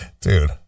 Dude